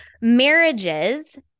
Marriages